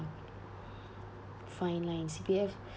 uh fine line C_P_F